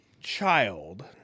child